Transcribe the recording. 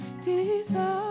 desire